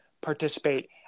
participate